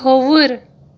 کھووُر